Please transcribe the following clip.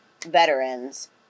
veterans